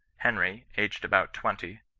henry, aged about twenty,